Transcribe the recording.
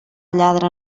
lladre